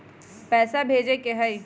पैसा भेजे के हाइ?